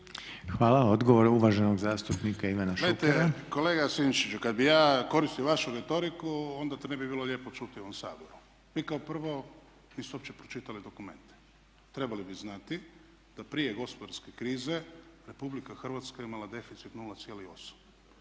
Hvala. Odgovor uvaženog zastupnika Ivana Šukera. **Šuker, Ivan (HDZ)** Gledajte, kolega Sinčiću kad bi ja koristio vašu retoriku onda to ne bi bilo lijepo čuti u ovom Saboru. Vi kao prvo niste uopće pročitali dokumente. Trebali bi znati da prije gospodarske krize RH je imala deficit 0,8.